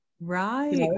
right